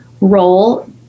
role